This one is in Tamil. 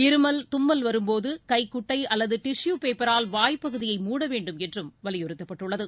இருமல் தும்மல் வரும்போது கைகுட்டை அல்லது டிஷு பேப்பரால் வாய் பகுதியை மூட வேண்டும் என்றும் வலியுறுத்தப்பட்டுள்ளது